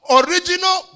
original